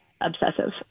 obsessive